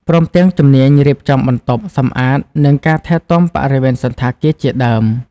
ព្រមទាំងជំនាញរៀបចំបន្ទប់ សម្អាត និងការថែទាំបរិវេណសណ្ឋាគារជាដើម។